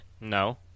No